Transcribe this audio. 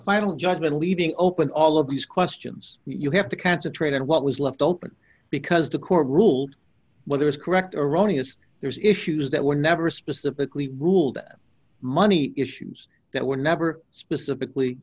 final judgment leaving open all of these questions you have to concentrate on what was left open because the court ruled whether it's correct or erroneous there's issues that were never specifically ruled out money issues that were never specifically